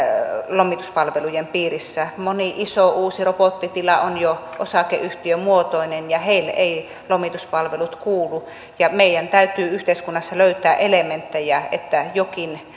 lomituspalvelujen piirissä moni iso uusi robottitila on jo osakeyhtiömuotoinen ja heille eivät lomituspalvelut kuulu meidän täytyy yhteiskunnassa löytää elementtejä että jokin